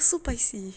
I was so paiseh